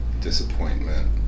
disappointment